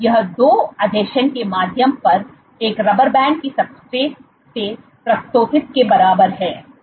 यह 2 आसंजन के माध्यम एक रबर बैंड को सब्सट्रेट से प्रस्तोता के बराबर है